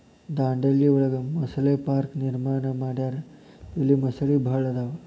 ದಾಂಡೇಲಿ ಒಳಗ ಮೊಸಳೆ ಪಾರ್ಕ ನಿರ್ಮಾಣ ಮಾಡ್ಯಾರ ಇಲ್ಲಿ ಮೊಸಳಿ ಭಾಳ ಅದಾವ